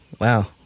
wow